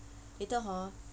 later hor